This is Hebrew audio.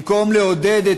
במקום לעודד,